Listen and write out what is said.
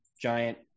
Giant